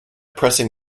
pressing